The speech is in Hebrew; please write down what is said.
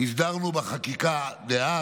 הסדרנו בחקיקה דאז